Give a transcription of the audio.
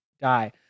die